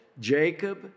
Jacob